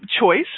choice